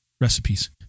recipes